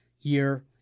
year